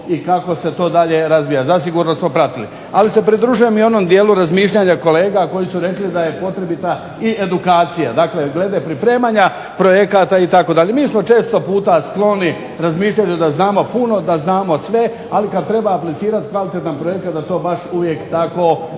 i kako se to dalje razvija. Zasigurno smo pratili. Ali se pridružujem onom razmišljanju kolega koji su rekli da je potrebita edukacija, glede pripremanja projekata itd. MI smo često puta skloni razmišljanju da znamo puno, da znamo sve, ali kada treba aplicirati kvalitetan projekat da to baš uvijek tako ne ide.